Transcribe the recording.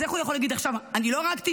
אז איך הוא יכול להגיד עכשיו "אני לא הרגתי"?